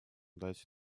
дать